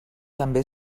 també